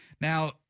Now